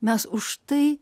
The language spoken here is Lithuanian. mes už tai